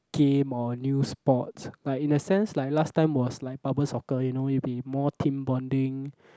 game or new sport like in a sense like last time was like bubble soccer you know it'll be more team bonding